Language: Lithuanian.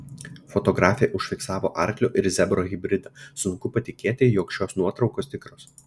fotografė užfiksavo arklio ir zebro hibridą sunku patikėti jog šios nuotraukos tikros